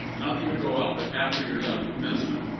not that you would go out but after you're done with commencement,